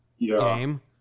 game